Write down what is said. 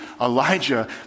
Elijah